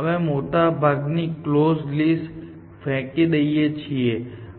અમે મોટાભાગની close list ફેંકી દઈએ છીએ